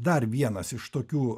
dar vienas iš tokių